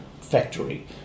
factory